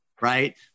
right